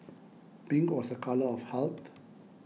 pink was a colour of health